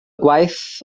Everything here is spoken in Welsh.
gwaith